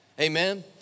Amen